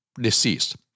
deceased